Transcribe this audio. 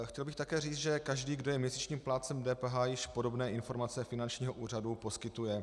Chtěl bych také říci, že každý, kdo je měsíčním plátcem DPH, již podobné informace finančního úřadu poskytuje.